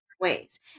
ways